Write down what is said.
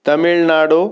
Tamil Nadu